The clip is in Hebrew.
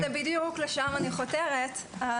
בדיוק לשם אני חותרת,